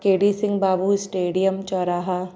केडी Singh Babu stadium चौराहा